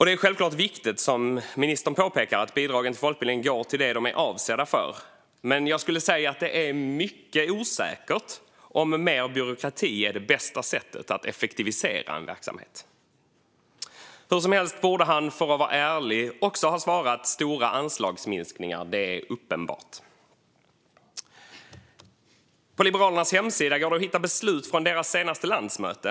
Det är självfallet viktigt, som ministern påpekar, att bidragen till folkbildningen går till det de är avsedda för. Men det är mycket osäkert om mer byråkrati är det bästa sättet att effektivisera en verksamhet. Hur som helst borde han, för att vara ärlig, också ha svarat "stora anslagsminskningar". Det är uppenbart. På Liberalernas hemsida går det att hitta beslut från deras senaste landsmöte.